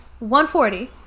140